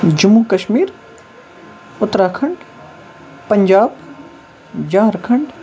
Jammu Kashmir Uttarakhand Punjab Jharkhand